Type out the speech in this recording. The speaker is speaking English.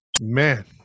Man